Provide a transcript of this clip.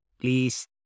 please